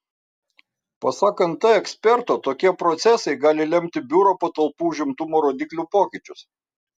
pasak nt eksperto tokie procesai gali lemti biuro patalpų užimtumo rodiklių pokyčius